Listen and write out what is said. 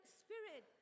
spirit